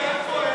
להעביר